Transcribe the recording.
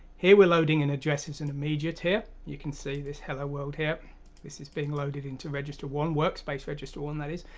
here we're loading in addresses in immediate here, you can see this hello world here this is being loaded into register r one workspace register one that is.